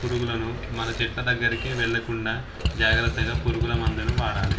పురుగులను మన చెట్ల దగ్గరకి వెళ్ళకుండా జాగ్రత్తగా పురుగుల మందును వాడాలి